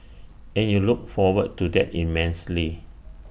and you look forward to that immensely